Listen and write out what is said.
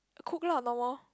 cook lah now [wah]